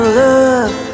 love